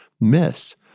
miss